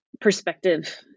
perspective